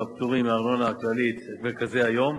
הפטורים מארנונה כללית את מרכזי היום